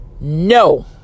No